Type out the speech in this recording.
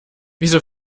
wieso